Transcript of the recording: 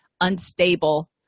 unstable